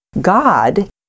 God